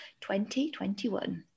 2021